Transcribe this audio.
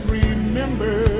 remember